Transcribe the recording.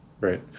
right